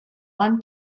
one